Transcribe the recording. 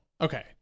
Okay